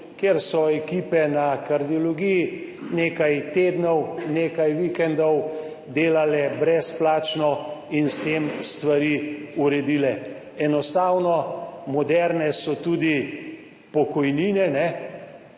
kjer so ekipe na kardiologiji nekaj tednov, nekaj vikendov delale brezplačno in s tem stvari uredile. Enostavno moderne so tudi pokojnine. V